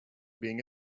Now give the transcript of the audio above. being